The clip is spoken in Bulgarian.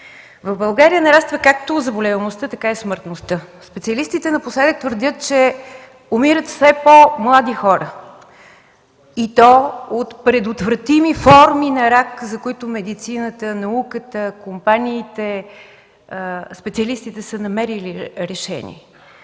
В България нараства както заболеваемостта, така и смъртността. Специалистите напоследък твърдят, че умират все по-млади хора, и то от предотвратими форми на рак, за които медицината, науката, компаниите, специалистите са намерили решение.